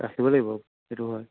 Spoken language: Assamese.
ৰাখিব লাগিব সেইটো হয়